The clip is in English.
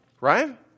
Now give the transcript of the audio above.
right